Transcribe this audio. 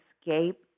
escape